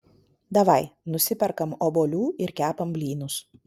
davai nusiperkam obuolių ir kepam blynus